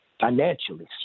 financially